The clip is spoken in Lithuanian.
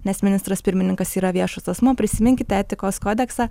nes ministras pirmininkas yra viešas asmuo prisiminkite etikos kodeksą